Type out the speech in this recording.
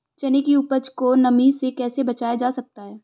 चने की उपज को नमी से कैसे बचाया जा सकता है?